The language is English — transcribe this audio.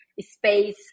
space